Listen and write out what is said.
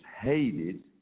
Hated